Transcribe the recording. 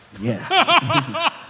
Yes